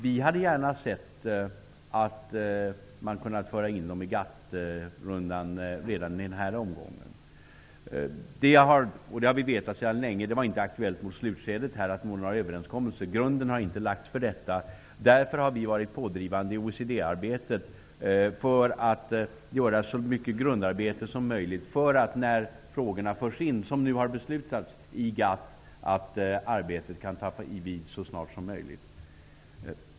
Vi hade gärna sett att man hade kunnat föra in miljöfrågorna i GATT-rundan redan i den här omgången. Men vi har vetat sedan länge att det inte var aktuellt mot slutskedet att nå några överenskommelser. Grunden har inte lagts för detta. Därför har vi varit pådrivande i OECD arbetet för att göra så mycket grundarbete som möjligt för att när frågorna förs in i GATT -- som nu har beslutats -- arbetet kan ta vid så snart som möjligt.